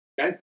okay